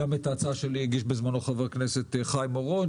גם את ההצעה שלי הגיש בזמנו חבר הכנסת חיים אורון,